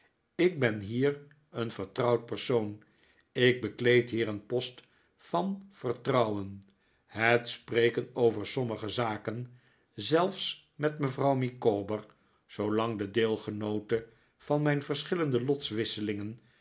ik ben hier een vertrouwd persoon ik bekleed hier een post van verfrouwen het spreken over sommige zaken zelfs met mevrouw micawber zoo lang de deelgenoote van mijn verschillende